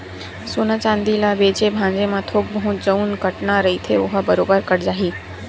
सोना चांदी ल बेंचे भांजे म थोक बहुत जउन कटना रहिथे ओहा बरोबर कट जाही